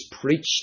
preached